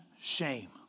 shame